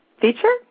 feature